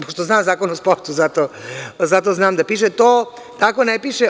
Pošto znam Zakon o sportu, zato znam da to tako ne piše.